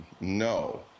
no